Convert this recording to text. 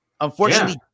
Unfortunately